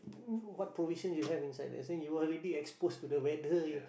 mm what provision you have inside let's say you already exposed to the weather